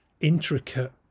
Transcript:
intricate